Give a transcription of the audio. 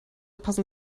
passen